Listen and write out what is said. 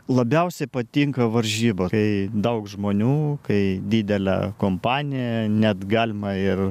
labiausiai patinka varžybos kai daug žmonių kai didelė kompanija net galima ir